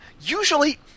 usually